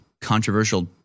controversial